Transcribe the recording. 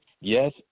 Yes